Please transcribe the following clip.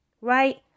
right